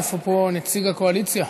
איפה פה נציג הקואליציה?